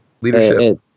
Leadership